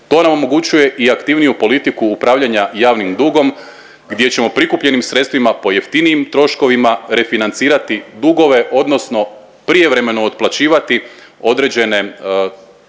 To nam omogućuje i aktivniju politiku upravljanja javnim dugom, gdje ćemo prikupljenim sredstvima po jeftinijim troškovima refinancirati dugove, odnosno prijevremeno otplaćivati određene kredite